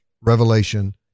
revelation